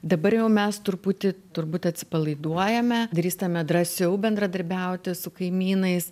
dabar jau mes truputį turbūt atsipalaiduojame drįstame drąsiau bendradarbiauti su kaimynais